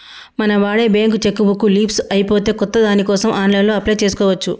మనం వాడే bank cheque book leafs అయిపోతే కొత్త దానికోసం ఆన్లైన్లో అప్లై చేసుకోవచ్చు